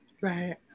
right